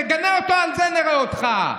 תגנה אותו על זה, נראה אותך.